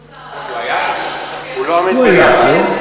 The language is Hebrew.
לא, כי הוא היה פה.